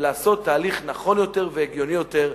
ולעשות תהליך נכון יותר והגיוני יותר,